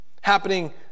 happening